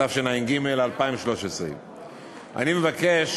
התשע"ג 2013. אני מבקש